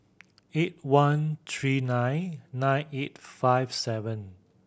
eight one three nine nine eight five seven